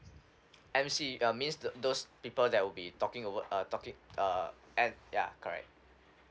emcee um means the those people that will be talking over uh talking uh and ya correct